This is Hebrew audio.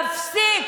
תפסיק.